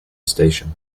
station